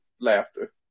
laughter